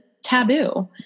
taboo